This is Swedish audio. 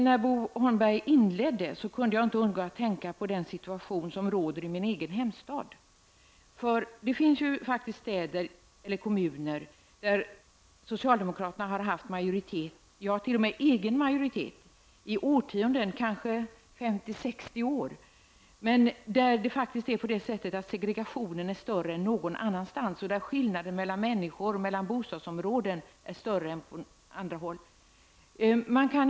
När Bo Holmberg inledde kunde jag inte undgå att tänka på den situation som råder i min hemstad. Det finns kommuner där socialdemokraterna har haft majoritet, t.o.m. egen majoritet, i årtionden, kanske 50--60 år. Men segregationen är där större än någon annanstans. Skillnaden mellan människor och bostadsområden är större än på annat håll.